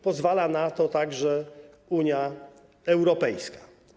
Pozwala na to także Unia Europejska.